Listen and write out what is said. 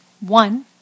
One